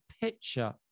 picture